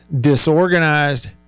disorganized